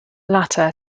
latter